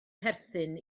perthyn